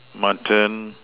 mutton